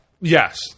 Yes